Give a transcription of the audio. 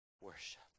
worship